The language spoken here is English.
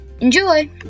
Enjoy